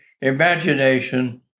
imagination